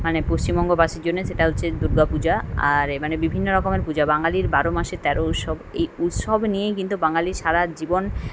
মানে পশ্চিমবঙ্গবাসীর জন্যে সেটা হচ্ছে দুর্গা পূজা আর এ মানে বিভিন্ন রকমের পূজা বাঙালির বারো মাসে তেরো উৎসব এই উৎসব নিয়েই কিন্তু বাঙালি সারা জীবন